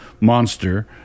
monster